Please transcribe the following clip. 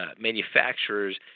manufacturers